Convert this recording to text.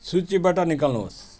सूचीबाट निकाल्नुहोस्